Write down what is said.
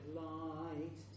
light